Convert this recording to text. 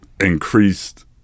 increased